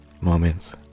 moments